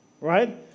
right